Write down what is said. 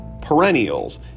perennials